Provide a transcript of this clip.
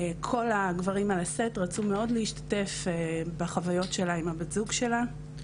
כל הגברים על הסט רצו מאוד להשתתף בחוויות שלה עם הבת זוג שלה.